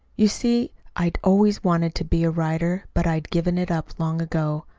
you see i'd always wanted to be a writer, but i'd given it up long ago.